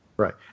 Right